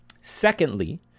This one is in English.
Secondly